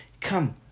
Come